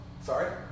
Sorry